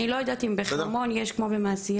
אני לא יודעת אם בחרמון יש כמו במעשיהו.